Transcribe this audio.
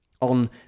on